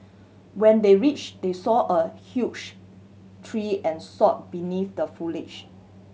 when they reach they saw a huge tree and saw beneath the foliage